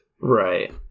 Right